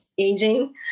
aging